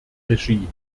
regie